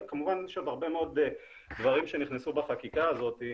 כמובן יש עוד הרבה מאוד דברים שנכנסו בחקיקה הזאת,